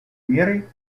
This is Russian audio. мерой